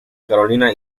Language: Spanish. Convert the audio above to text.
carolina